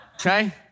Okay